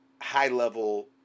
high-level